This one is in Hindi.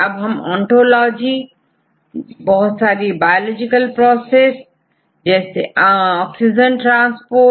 अब आपको ओंटोलॉजी बहुत सारी बायोलॉजिकल प्रोसेस जैसे ऑक्सीजन ट्रांसपोर्ट